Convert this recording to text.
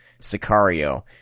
Sicario